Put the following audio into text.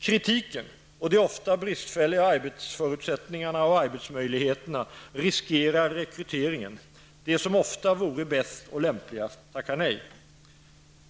Kritiken och de ofta bristfälliga arbetsmöjligheterna riskerar rekryteringen. De som vore bäst och lämpligast tackar ofta nej.